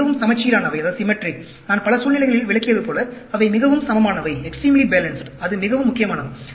அவை மிகவும் சமச்சீரானவை நான் பல சூழ்நிலைகளில் விளக்கியது போல அவை மிகவும் சமமானவை அது மிகவும் முக்கியமானது